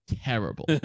terrible